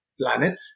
planet